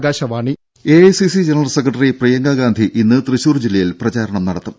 ദേദ A I C C general secretary Priyanka Gandhi ഇന്ന് തൃശൂർ ജില്ലയിൽ പ്രചാരണം നടത്തും